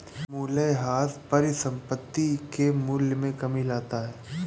मूलयह्रास परिसंपत्ति के मूल्य में कमी लाता है